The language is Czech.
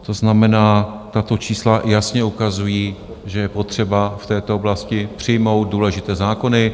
To znamená, tato čísla jasně ukazují, že je potřeba v této oblasti přijmout důležité zákony.